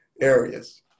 areas